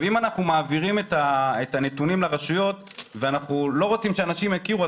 אם אנחנו מעבירים את הנתונים לרשויות ואנחנו לא רוצים שאנשים יכירו,